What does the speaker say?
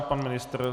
Pan ministr?